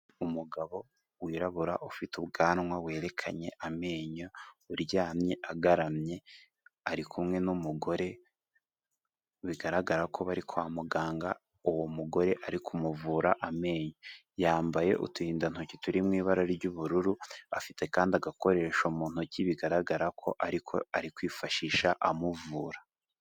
Umugabo wirabura, ufite ubwanwa, werekanye amenyo, uryamye agaramye, ari kumwe n'umugore, bigaragara ko bari kwa muganga, uwo mugore ari kumuvura amenyo. Yambaye uturindantoki turi mu ibara ry'ubururu, afite kandi agakoresho mu ntoki, bigaragara ko ariko ari kwifashisha amuvura.